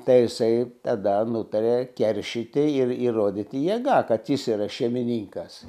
tai jisai tada nutarė keršyti ir įrodyti jėga kad jis yra šeimininkas